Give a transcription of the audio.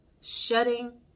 shutting